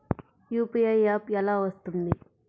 UPI app ఎలా వస్తుంది?